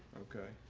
okay.